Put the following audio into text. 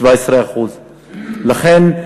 17%. לכן,